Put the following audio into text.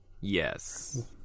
Yes